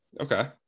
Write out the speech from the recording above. Okay